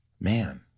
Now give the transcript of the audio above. man